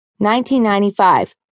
1995